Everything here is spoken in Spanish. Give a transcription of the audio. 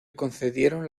concedieron